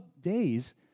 days